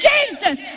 Jesus